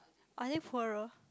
are they poorer